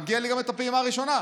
מגיע לי גם את הפעימה הראשונה.